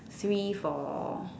three for